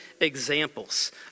examples